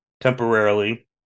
temporarily